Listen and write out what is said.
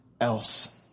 else